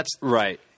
Right